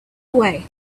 away